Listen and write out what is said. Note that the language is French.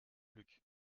luc